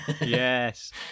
Yes